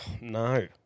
No